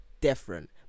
different